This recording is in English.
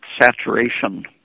saturation